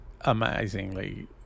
amazingly